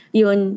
yun